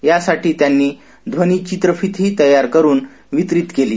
यासाठी त्यांनी ध्वनी चित्रफीत ही तैयार करून वितरित केली